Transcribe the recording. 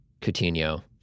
Coutinho